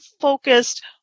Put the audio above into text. focused